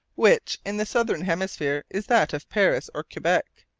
which, in the southern hemisphere, is that of paris or quebec.